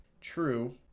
True